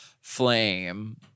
flame